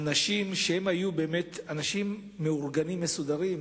האנשים היו באמת אנשים מאורגנים ומסודרים,